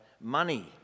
money